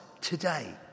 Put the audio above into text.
today